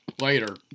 Later